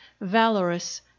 valorous